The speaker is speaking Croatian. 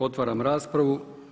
Otvaram raspravu.